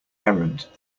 errand